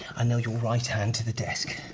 i nail your right hand to the desk.